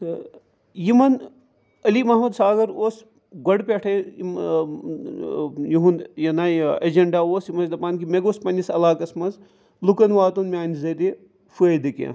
تہٕ یِمَن علی محمد ساگر اوس گۄڈٕ پٮ۪ٹھَے یِم یِہُنٛد یہِ نہ یہِ اٮ۪جَنڈا اوس یِم ٲسۍ دَپان کہِ مےٚ گوٚژھ پنٛنِس علاقَس منٛز لُکَن واتُن میٛانہِ ذٔریہِ فٲیدٕ کینٛہہ